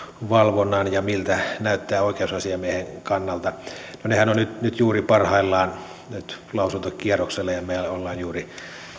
valvonnan ja sen miltä se näyttää oikeusasiamiehen kannalta nehän ovat nyt juuri parhaillaan lausuntokierroksella ja me olemme juuri